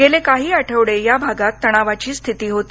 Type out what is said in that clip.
गेले काही आठवडे या भागात तणावाची स्थिती होती